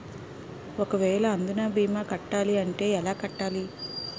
ఒక వేల అందునా భీమా కట్టాలి అంటే ఎలా కట్టాలి?